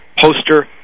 poster